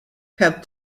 have